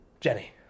Jenny